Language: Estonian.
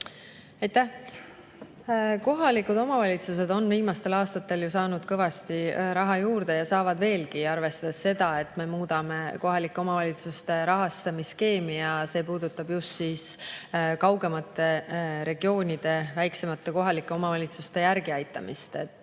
Aitäh! Kohalikud omavalitsused on viimastel aastatel saanud kõvasti raha juurde ja saavad veelgi, arvestades seda, et me muudame kohalike omavalitsuste rahastamise skeemi. See puudutab just kaugemate regioonide, väiksemate kohalike omavalitsuste järgi aitamist.